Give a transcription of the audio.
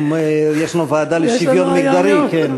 יש לנו ועדה לשוויון מגדרי.